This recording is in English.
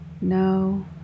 No